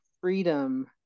freedom